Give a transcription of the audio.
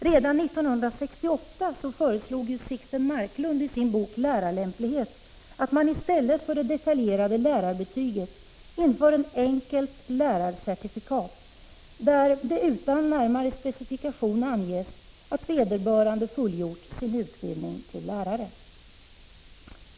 Redan 1968 föreslog Sixten Marklund i sin bok ”Lärarlämplighet” att man i stället för det detaljerade lärarbetyget inför ett enkelt lärarcertifikat, där ”det utan närmare specifikation anges, att vederbörande fullgjort sin utbildning till lärare”.